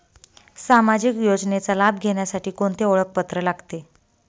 सामाजिक योजनेचा लाभ घेण्यासाठी कोणते ओळखपत्र लागते?